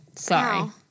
Sorry